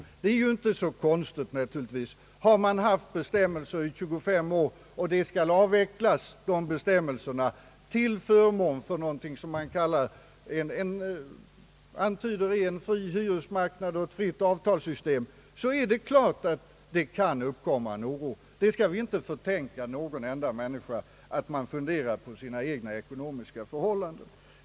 Och det är ju inte så konstigt — har man i 25 år haft bestämmelser som nu skall avvecklas till förmån för något som antydes bli en fri hyresmarknad och ett fritt avtalssystem, kan det självklart uppkomma en oro. Vi skall inte förtänka någon enda människa att han eller hon funderar över sina egna ekonomiska förhållanden.